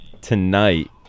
tonight